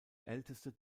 älteste